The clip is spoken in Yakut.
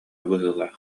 быһыылаах